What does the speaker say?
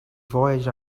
voyaged